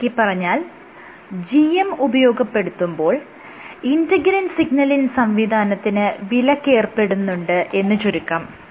ചുരുക്കിപ്പറഞ്ഞാൽ GM ഉപയോഗപ്പെടുത്തുമ്പോൾ integrin signalling സംവിധാനത്തിന് വിലക്കേർപ്പെടുന്നുണ്ട് എന്ന് ചുരുക്കം